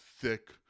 thick